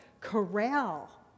corral